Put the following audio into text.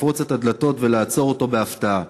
לפרוץ את הדלתות ולעצור אותו בהפתעה,